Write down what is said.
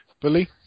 Bully